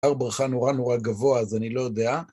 הר ברכה נורא נורא גבוה, אז אני לא יודע.